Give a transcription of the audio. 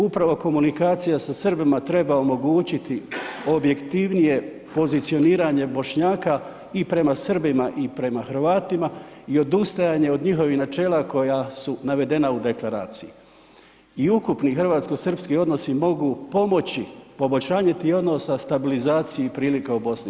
Upravo komunikacija sa Srbima treba omogućiti objektivnije pozicioniranje Bošnjaka i prema Srbima i prema Hrvatima i odustajanje od njihovih načela koja su navedena u deklaraciji i ukupni hrvatsko srpski odnosi mogu pomoći poboljšanje tih odnosa, stabilizaciji i prilika u BiH.